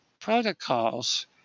protocols